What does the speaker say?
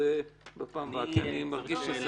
זה בפעם הבאה כי אני מרגיש שזה לא...